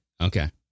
Okay